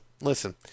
listen